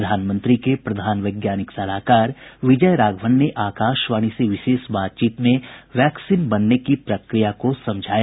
प्रधानमंत्री के प्रधान वैज्ञानिक सलाहकार विजय राघवन ने आकाशवाणी से विशेष बातचीत में वैक्सिन बनने की प्रक्रिया को समझाया